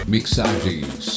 Mixagens